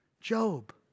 Job